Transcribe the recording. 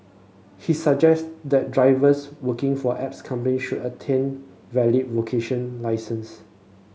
he suggested that drivers working for apps company should attain valid vocational licences